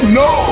no